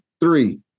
three